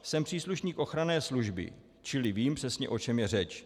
Jsem příslušník ochranné služby, čili vím přesně, o čem je řeč.